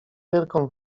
wielką